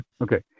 okay